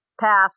pass